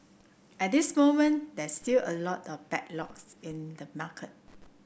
at this moment there's still a lot of backlog in the market